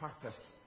purpose